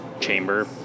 chamber